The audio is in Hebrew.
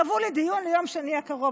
קבעו לי דיון ליום שני הקרוב,